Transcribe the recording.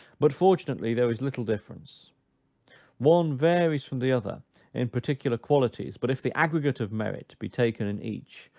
but fortunately there is little difference one varies from the other in particular qualities but if the aggregate of merit be taken in each,